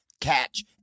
Catch